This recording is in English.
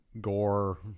gore